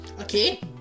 okay